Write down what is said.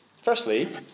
Firstly